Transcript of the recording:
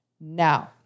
Now